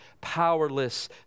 powerless